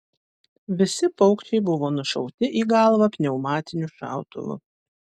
visi paukščiai buvo nušauti į galvą pneumatiniu šautuvu